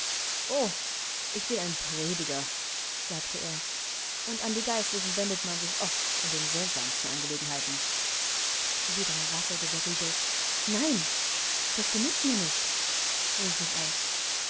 ich bin ein prediger sagte er und an die geistlichen wendet man sich oft in den seltsamsten angelegenheiten wieder rasselte der riegel nein das genügt mir nicht rief ich aus